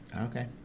okay